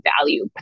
value